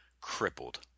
crippled